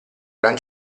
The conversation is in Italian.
gran